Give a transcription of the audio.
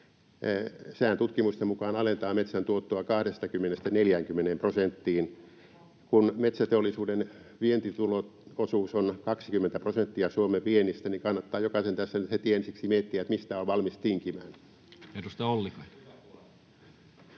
Sehän tutkimusten mukaan alentaa metsän tuottoa 20:stä 40 prosenttiin. Kun metsäteollisuuden vientitulojen osuus on 20 prosenttia Suomen viennistä, niin kannattaa jokaisen tässä nyt heti ensiksi miettiä, mistä on valmis tinkimään.